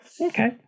Okay